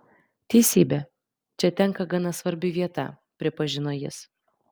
teisybė čia tenka gana svarbi vieta pripažino jis